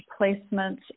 placements